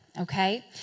okay